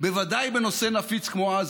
בוודאי בנושא נפיץ כמו עזה,